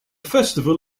festival